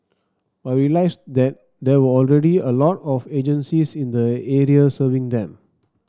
but we realised that there were already a lot of agencies in the area serving them